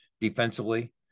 defensively